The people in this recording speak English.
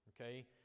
Okay